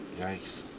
Yikes